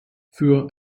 für